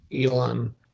Elon